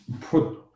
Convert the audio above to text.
put